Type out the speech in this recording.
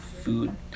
food